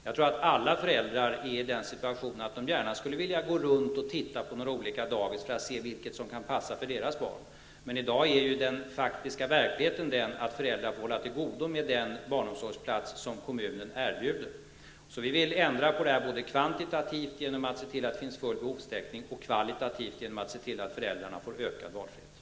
Jag tror att alla föräldrar gärna skulle gå runt och titta på några olika dagis för att se vilket som kan passa för deras barn. Men i dag är ju den faktiska verkligheten den att föräldrar får hålla till godo med den barnomsorgsplats som kommunen erbjuder. Vi vill alltså ändra på detta både kvantitativt, genom att se till att det finns full behovstäckning, och kvalitativt, genom att se till att föräldrarna får en ökad valfrihet.